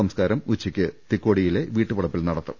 സംസ്കാരം ഉച്ചയ്ക്ക് തിക്കോടിയിലെ വീട്ടുവളപ്പിൽ നടത്തും